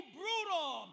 brutal